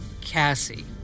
Cassie